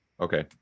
okay